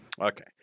Okay